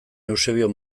eusebio